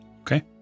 Okay